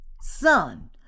Son